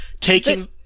Taking